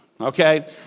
Okay